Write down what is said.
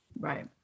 Right